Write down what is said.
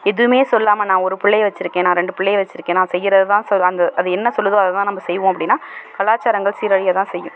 எதுவும் சொல்லாமல் நான் ஒரு பிள்ளைய வச்சுருக்கேன் நான் ரெண்டு பிள்ளைய வச்சுருக்கேன் நான் செய்கிறது தான் அந்த அது என்ன சொல்லுதோ அதைதான் நம்ம செய்வோம் அப்படினா கலாச்சாரங்கள் சீரழிய தான் செய்யும்